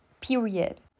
Period